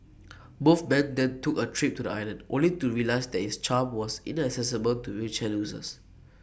both man then took A trip to the island only to realise that its charm was inaccessible to wheelchair users